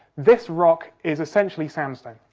this rock is essentially sandstone.